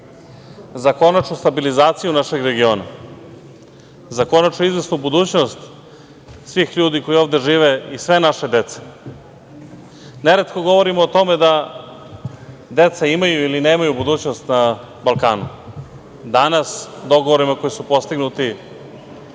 za konačnu stabilizaciju našeg regiona, za konačnu izvesnu budućnost svih ljudi koji ovde žive i sve naše dece. Neretko govorimo o tome da deca imaju ili nemaju budućnost na Balkanu. Danas, dogovorima koji su postignuti,